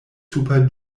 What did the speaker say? super